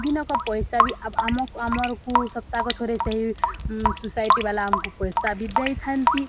ଦିନକ ପଇସା ବି ଆମ ଆମରକୁ ସପ୍ତାହକ ଥରେ ସେହି ସୋସାଇଟିବାଲା ଆମକୁ ପଇସା ବି ଦେଇଥାନ୍ତି